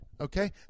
Okay